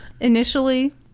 Initially